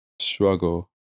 struggle